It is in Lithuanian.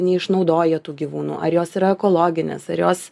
neišnaudoja tų gyvūnų ar jos yra ekologinės ar jos